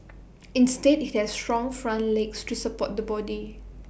instead IT has strong front legs to support the body